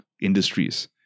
industries